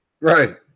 right